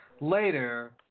later